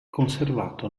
conservato